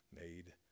made